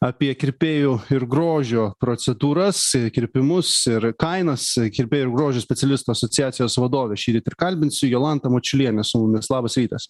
apie kirpėjų ir grožio procedūras kirpimus ir kainas kirpėjų ir grožio specialistų asociacijos vadovę šįryt ir kalbinsiu jolanta mačiulienė su mumis labas rytas